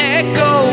echo